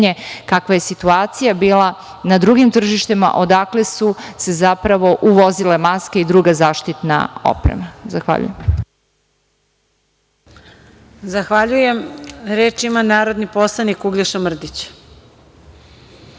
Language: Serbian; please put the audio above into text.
kakva je situacija bila na drugim tržištima, odakle su se zapravo uvozile maske i druge zaštitna oprema. Zahvaljujem. **Marija Jevđić** Zahvaljujem. Reč ima narodni poslanik Uglješa Mrdić.